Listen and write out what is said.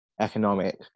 economic